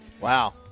Wow